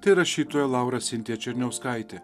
tai rašytoja laura sintija černiauskaitė